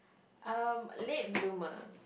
um late bloomer